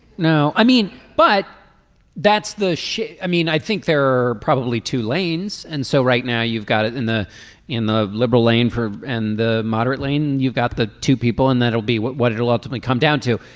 no i mean but that's the shift i mean i think there are probably two lanes and so right now you've got it in the in the liberal lane four and the moderate lane you've got the two people in that'll be what what it allowed to come down to.